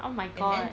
oh my god